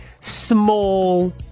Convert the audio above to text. small